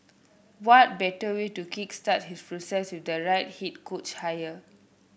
what better way to kick start his process with the right head coach hire